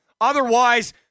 Otherwise